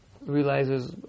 realizes